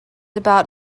about